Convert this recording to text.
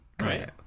Right